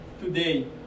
today